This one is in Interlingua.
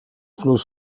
plus